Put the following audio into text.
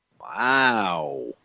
Wow